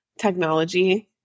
technology